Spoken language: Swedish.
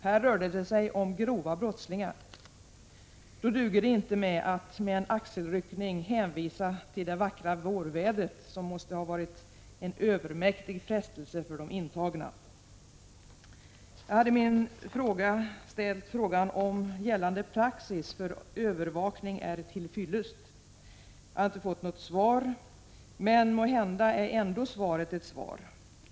Här rörde det sig om grova brottslingar. Då duger det inte att med en axelryckning hänvisa till det vackra vårvädret, som måste ha varit en övermäktig frestelse för de intagna. Jag hade i min fråga till statsrådet ställt frågan om gällande praxis för övervakning är till fyllest. Jag har inte fått något svar. Måhända är ändå svaret ett svar.